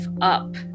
up